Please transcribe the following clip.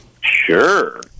Sure